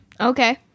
okay